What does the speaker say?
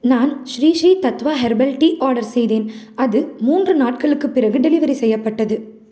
நான் Shri Shri Tattva herbal tea order செய்தேன் அது மூன்று நாட்களுக்குப் பிறகு டெலிவரி செய்யப்பட்டது